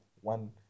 one